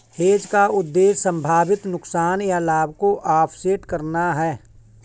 hedge का उद्देश्य संभावित नुकसान या लाभ को ऑफसेट करना है